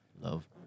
love